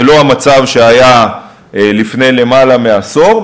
זה לא המצב שהיה לפני למעלה מעשור,